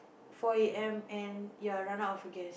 four a_m and you're run out of gas